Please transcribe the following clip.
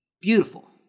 Beautiful